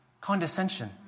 Condescension